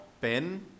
Ben